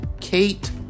Kate